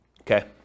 Okay